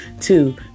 two